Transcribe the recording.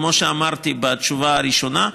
כמו שאמרתי בתשובה הראשונה,